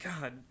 god